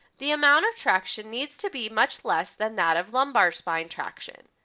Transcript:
the amount of traction needs to be much less than that of lumbar spine traction.